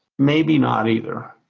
maybe not either.